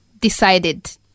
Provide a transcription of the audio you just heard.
decided